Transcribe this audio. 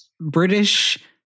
British